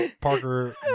Parker